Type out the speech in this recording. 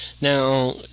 Now